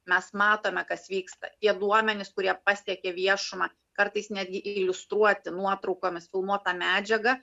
mes matome kas vyksta tie duomenys kurie pasiekė viešumą kartais netgi iliustruoti nuotraukomis filmuota medžiaga